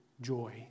joy